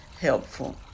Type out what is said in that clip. helpful